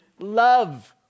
Love